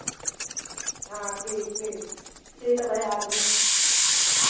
हाँ ठीक फिर ठीक अबहे आ रहेन